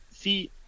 See